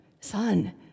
Son